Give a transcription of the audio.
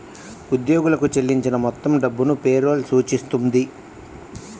ఉద్యోగులకు చెల్లించిన మొత్తం డబ్బును పే రోల్ సూచిస్తుంది